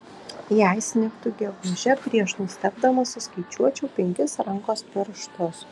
jei snigtų gegužę prieš nustebdamas suskaičiuočiau penkis rankos pirštus